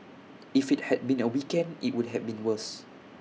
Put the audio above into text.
if IT had been A weekend IT would have been worse